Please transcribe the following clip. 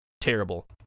terrible